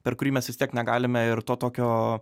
per kurį mes vis tiek negalime ir to tokio